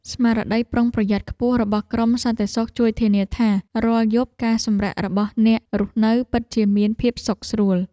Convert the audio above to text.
ស្មារតីប្រុងប្រយ័ត្នខ្ពស់របស់ក្រុមសន្តិសុខជួយធានាថារាល់យប់ការសម្រាករបស់អ្នករស់នៅពិតជាមានភាពសុខស្រួល។